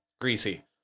Greasy